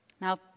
Now